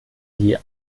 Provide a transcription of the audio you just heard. die